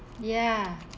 ya